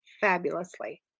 fabulously